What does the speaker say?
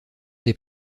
des